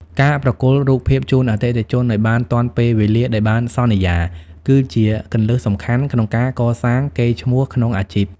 ការប្រគល់រូបភាពជូនអតិថិជនឱ្យបានទាន់ពេលវេលាដែលបានសន្យា គឺជាគន្លឹះសំខាន់ក្នុងការកសាងកេរ្តិ៍ឈ្មោះក្នុងអាជីព។